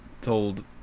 told